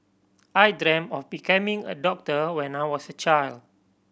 I dreamt of becoming a doctor when I was a child